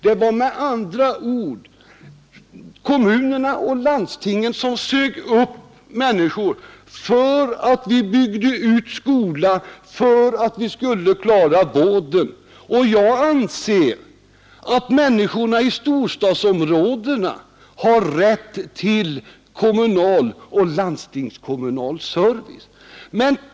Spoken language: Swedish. Det var med andra ord kommunerna och landstinget som sög upp människor för att vi skulle kunna bygga ut skolan, för att vi skulle kunna klara vården. Jag anser att människorna i storstadsområdena har rätt till kommunal och landstingskommunal service.